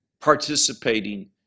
participating